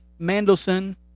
Mandelson